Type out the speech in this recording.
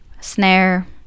snare